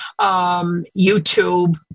YouTube